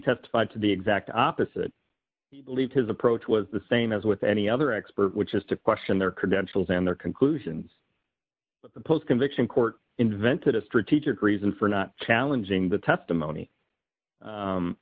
testified to the exact opposite leave his approach was the same as with any other expert which is to question their credentials and their conclusions but the post conviction court invented a strategic reason for not challenging the testimony